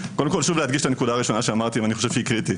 קודם כול חשוב להדגיש את הנקודה הראשונה שאמרתי ואני חושב שהיא קריטית.